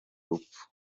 rupfu